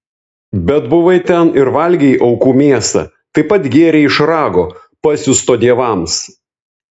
bet buvai ten ir valgei aukų mėsą taip pat gėrei iš rago pasiųsto dievams